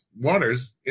waters